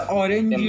orange